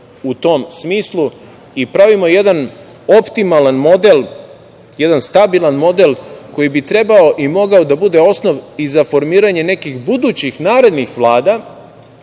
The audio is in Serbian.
u tom smislu i pravimo jedan optimalan model, jedan stabilan model koji bi trebao i mogao da bude osnov i za formiranje nekih budućih, narednih vlada,